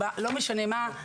לא משנה מה,